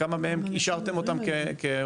וכמה מהם אישרתם אותם כהומניטרי.